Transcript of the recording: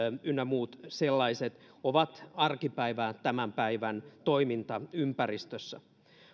ynnä muut sellaiset ovat arkipäivää tämän päivän toimintaympäristössä